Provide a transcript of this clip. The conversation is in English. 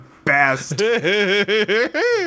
best